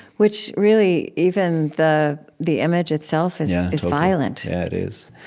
which really, even the the image itself is yeah is violent yeah, it is.